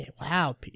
wow